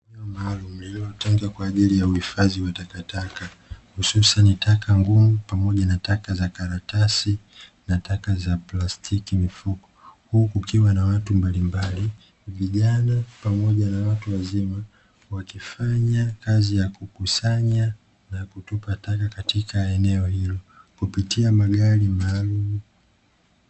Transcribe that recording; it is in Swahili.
Eneo maalumu lililotengwa kwa ajili ya uhifadhi wa takataka, hususani taka ngumu pamoja na taka za karatasi na taka za plastiki mifuko, huku kukiwa na watu mbalimbali vijana pamoja na watu wazima, wakifanya kazi ya kukusanya na kutupa taka katika eneo hilo kupitia magari maalumu.